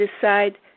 decide